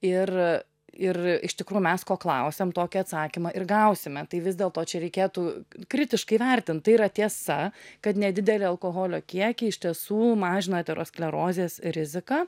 ir ir iš tikrųjų mes ko klausiam tokį atsakymą ir gausime tai vis dėlto čia reikėtų kritiškai vertint tai yra tiesa kad nedideli alkoholio kiekiai iš tiesų mažina aterosklerozės riziką